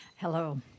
Hello